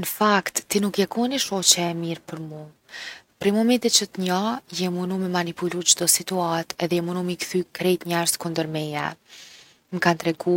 N’fakt ti nuk je kon ni shoqe e mirë për mu. Prej momentit që t’njoh je munu me manipulu çdo situatë edhe je munu m’i kthy krejt njerzt kundër meje. M’kanë tregu